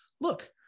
look